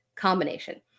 combination